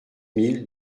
mille